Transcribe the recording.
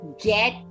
get